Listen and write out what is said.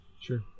sure